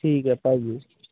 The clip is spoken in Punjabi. ਠੀਕ ਹੈ ਭਾਜੀ